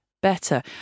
better